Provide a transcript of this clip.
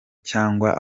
cyangwa